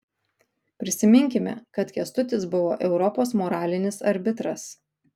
prisiminkime kad kęstutis buvo europos moralinis arbitras